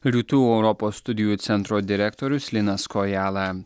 rytų europos studijų centro direktorius linas kojala